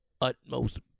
utmost